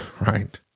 right